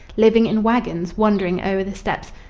living in wagons, wandering o'er the steppes,